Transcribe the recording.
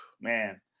man